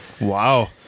Wow